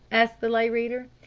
asked the lay reader.